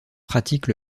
pratique